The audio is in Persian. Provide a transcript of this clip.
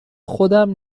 خودم